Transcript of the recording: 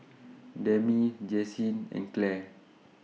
Demi Jessye and Clare